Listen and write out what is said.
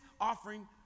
offering